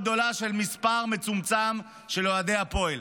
גדולה של מספר מצומצם של אוהדי הפועל.